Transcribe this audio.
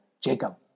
Jacob